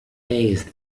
raised